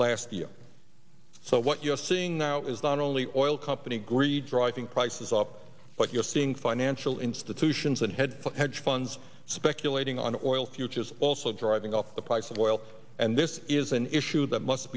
last year so what you're seeing now is not only oil company greed driving prices up but you're seeing financial institutions and head of hedge funds speculating on oil futures also driving up the price of oil and this is an issue that must